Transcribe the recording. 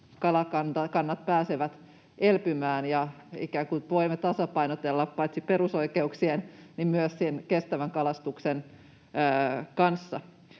kalakannat pääsevät elpymään ja ikään kuin voimme tasapainotella paitsi perusoikeuksien myös kestävän kalastuksen kanssa.